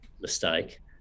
mistake